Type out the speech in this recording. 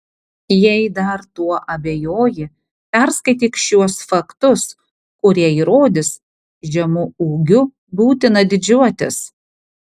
jei dar tuo abejoji perskaityk šiuos faktus kurie įrodys žemu ūgiu būtina didžiuotis